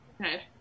Okay